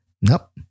nope